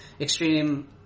extreme